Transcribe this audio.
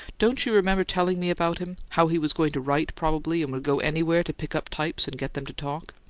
don't you remember telling me about him? how he was going to write, probably, and would go anywhere to pick up types and get them to talk?